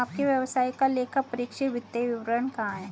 आपके व्यवसाय का लेखापरीक्षित वित्तीय विवरण कहाँ है?